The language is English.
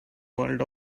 world